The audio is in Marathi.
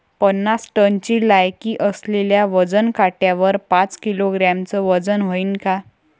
पन्नास टनची लायकी असलेल्या वजन काट्यावर पाच किलोग्रॅमचं वजन व्हईन का?